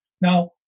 Now